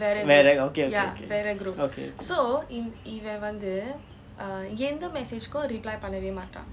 வேற:vera okay okay okay okay